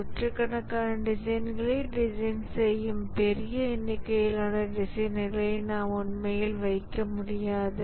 நூற்றுக்கணக்கான டிசைன்களை டிசைன் செய்யும் பெரிய எண்ணிக்கையிலான டிசைனர்களை நாம் உண்மையில் வைக்க முடியாது